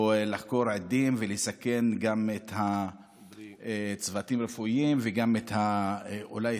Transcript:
או לחקור עדים ולסכן גם את הצוותים הרפואיים ואולי גם את החוקרים?